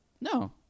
No